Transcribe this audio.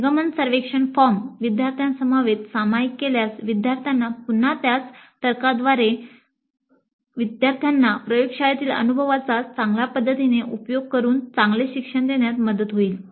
निर्गमन सर्वेक्षण फॉर्म विद्यार्थ्यांसमवेत सामायिक केल्यास विद्यार्थ्यांना पुन्हा त्याच तर्काद्वारे विद्यार्थ्यांना प्रयोगशाळेतील अनुभवाचा चांगल्या पद्धतीने उपयोग करून चांगले शिक्षण देण्यात मदत होईल